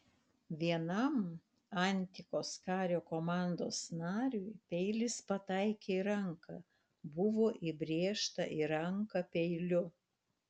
vienam antikos kario komandos nariui peilis pataikė į ranką buvo įbrėžta į ranką peiliu